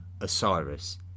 Osiris